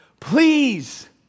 please